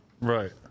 Right